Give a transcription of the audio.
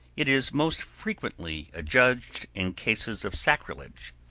it is most frequently adjudged in cases of sacrilege.